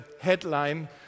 headline